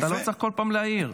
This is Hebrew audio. אתה לא צריך כל פעם להעיר.